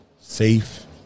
safe